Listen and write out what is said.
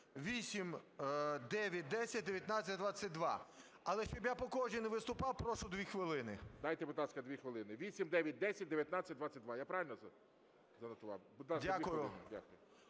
8, 9, 10, 19, 22. Але щоб я по кожній не виступав, прошу 2 хвилини. ГОЛОВУЮЧИЙ. Дайте, будь ласка, 2 хвилини. 8, 9, 10, 19, 22. Я правильно занотував? Будь